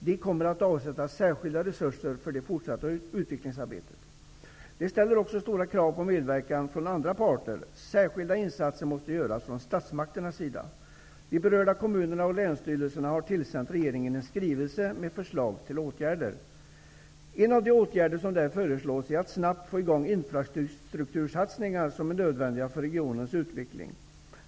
De kommer att avsätta särskilda resurser för det fortsatta utvecklingsarbetet. Det ställer också stora krav på medverkan från andra parter. Särskilda insatser måste göras från statsmakternas sida. De berörda kommunerna och länsstyrelserna har tillsänt regeringen en skrivelse med förslag till åtgärder. En av de åtgärder som där föreslås är att snabbt få i gång sådana infrastruktursatsningar som är nödvändiga för regionernas utveckling.